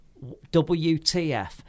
WTF